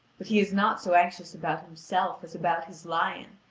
but he is not so anxious about himself as about his lion,